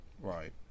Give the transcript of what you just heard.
Right